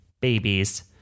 babies